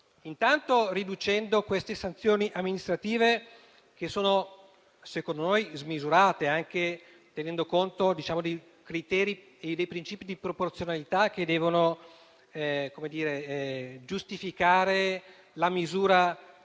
intanto riducendo le sanzioni amministrative, che secondo noi sono smisurate anche tenendo conto dei criteri e dei principi di proporzionalità che devono giustificarne la misura.